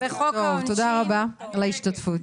תודה רבה על ההשתתפות.